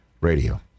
radio